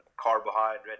Carbohydrate